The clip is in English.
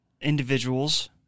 individuals